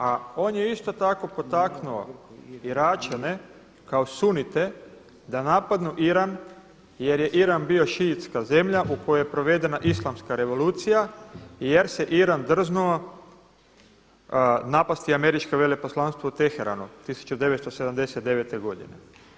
A on je isto tako potaknuo Iračane kao i Sunite da napadnu Iran, jer je Iran bio Šijitska zemlja u kojoj je provedena islamska revolucija jer se Iran drznuo napasti američko veleposlanstvo u Teheranu 1979. godine.